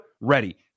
ready